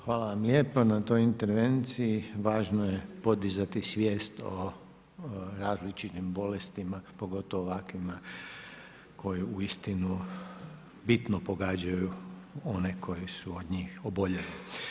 Hvala vam lijepa na toj intervenciji, važno je podizati svijest o različitim bolestima pogotovo ovakvima koje uistinu bitno pogađaju one koje su od njih oboljeli.